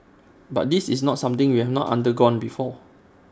but this is not something we have not undergone before